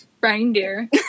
reindeer